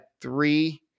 three